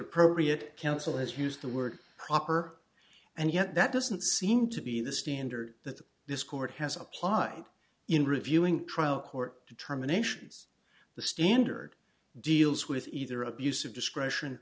appropriate counsel has used the word proper and yet that doesn't seem to be the standard that this court has applied in reviewing trial court determinations the standard deals with either abuse of discretion